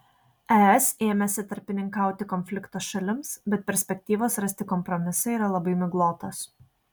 es ėmėsi tarpininkauti konflikto šalims bet perspektyvos rasti kompromisą yra labai miglotos